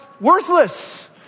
worthless